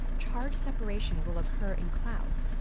charge separation will occur in clouds.